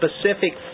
specific